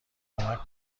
کمک